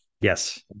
Yes